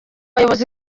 bayobozi